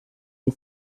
die